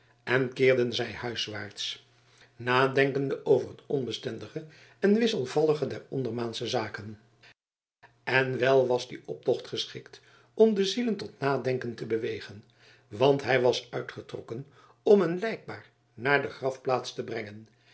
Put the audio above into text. en keerden zij huiswaarts nadenkende over het onbestendige en wisselvallige der ondermaansche zaken en wel was die optocht geschikt om de zielen tot nadenken te bewegen want hij was uitgetrokken om een lijkbaar naar de grafplaats te brengen